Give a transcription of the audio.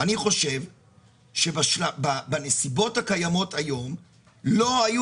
אני חושב שבנסיבות הקיימות היום לא היו